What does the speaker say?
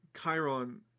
Chiron